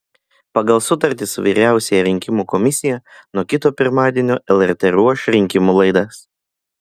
pagal sutartį su vyriausiąja rinkimų komisija nuo kito pirmadienio lrt ruoš rinkimų laidas